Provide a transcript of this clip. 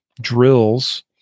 drills